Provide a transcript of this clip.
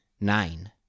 nine